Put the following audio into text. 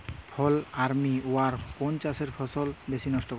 ফল army worm কোন চাষের ফসল বেশি নষ্ট করে?